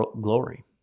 glory